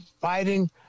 fighting